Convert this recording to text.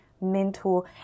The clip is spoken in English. mentor